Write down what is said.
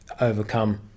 overcome